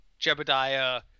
Jebediah